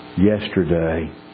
yesterday